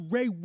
Ray